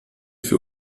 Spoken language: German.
für